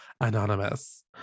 anonymous